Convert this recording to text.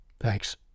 Thanks